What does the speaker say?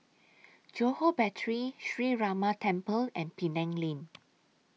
Johore Battery Sree Ramar Temple and Penang Lane